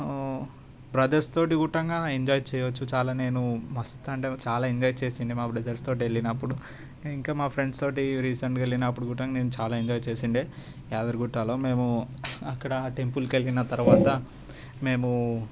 brothers తోటి గుట్టంగాన enjoy చేయొచ్చు చాలా నేను మస్తు అంటే చాలా ఎంజాయ్ చేసిండే మాబ్రదర్స్ తోటి వెళ్లినప్పుడు ఇంకా మా ఫ్రెండ్స్ తోటి రీసెంట్గా వెళ్లినప్పుడు కూడా నేను చాలా ఎంజాయ్ చేసిండే యాదగిరిగుట్టలో మేము అక్కడ టెంపుల్కి వెళ్ళిన తర్వాత మేము